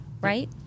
right